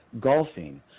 golfing